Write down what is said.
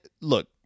Look